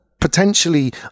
potentially